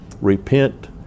Repent